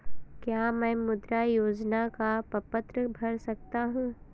क्या मैं मुद्रा योजना का प्रपत्र भर सकता हूँ?